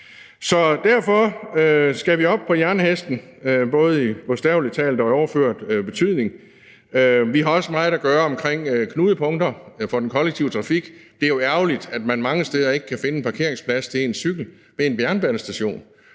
Så derfor skal vi op på jernhesten, både bogstavelig talt og i overført betydning. Vi har også meget at gøre omkring knudepunkter for den kollektive trafik. Det er jo ærgerligt, at man mange steder ikke kan finde en parkeringsplads til ens cykel ved en jernbanestation.